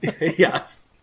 Yes